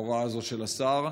ההוראה הזאת של השר.